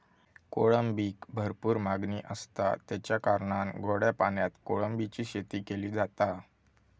कोळंबीक भरपूर मागणी आसता, तेच्या कारणान गोड्या पाण्यात कोळंबीची शेती केली जाता